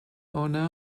owner